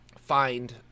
find